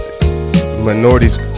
minorities